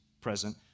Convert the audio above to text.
present